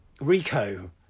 Rico